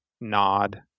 nod